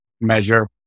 measure